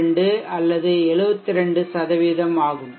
72 அல்லது 72 ஆகும்